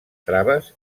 traves